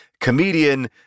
comedian